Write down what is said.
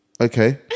okay